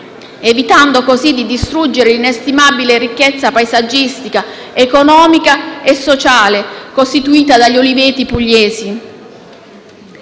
evitando così di distruggere l'inestimabile ricchezza paesaggistica, economica e sociale costituita dagli uliveti pugliesi.